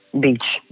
Beach